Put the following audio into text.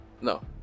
No